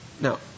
Now